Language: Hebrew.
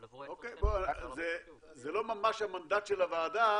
אבל עברו עשר שנים --- זה לא ממש המנדט של הוועדה,